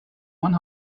one